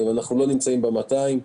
אנחנו לא נמצאים עם 200,